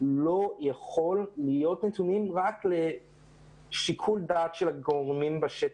לא יכולים להיות נתונים רק לשיקול דעת של הגורמים בשטח,